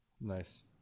Nice